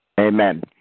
Amen